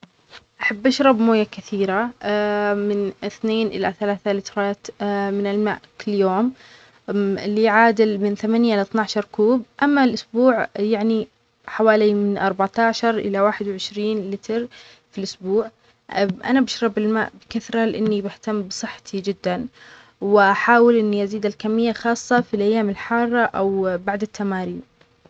أحب أشرب ماية كثيرة من أثنين إلى ثلاثة لترات من الماء كل يوم، اللى يعادل من ثمانية لأثناشر كوب، أما الأسبوع يعنى حوالى من أربعتاشر إلى واحد وعشرين لتر في الأسبوع، أنا بشرب الماء بكثرة لأنى بهتم بصحتى جدا وأحاول أنى أزيد الكمية خاصة في الأيام الحارة أو بعد التمارين.